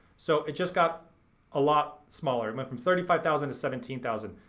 so it just got a lot smaller. it went from thirty five thousand to seventeen thousand.